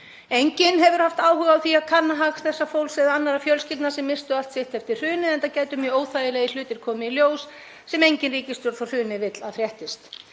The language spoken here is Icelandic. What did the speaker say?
Enginn hefur haft áhuga á því að kanna hag þessa fólks eða annarra fjölskyldna sem misstu allt sitt eftir hrunið, enda gætu mjög óþægilegir hlutir komið í ljós sem engin ríkisstjórn frá hruni vill að fréttist.